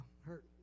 Hurt